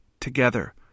together